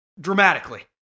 Dramatically